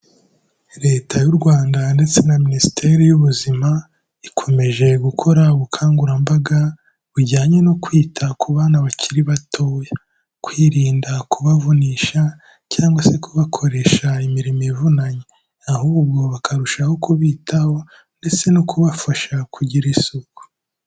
Leta y'u Rwanda ndetse na Minisiteri y'ubuzima, ikomeje gukora ubukangurambaga bujyanye no kwita ku bana bakiri batoya, kwirinda kubavunisha cyangwa se kubakoresha imirimo ivunanye, ahubwo bakarushaho kubitaho ndetse no kubafasha kugira isuku.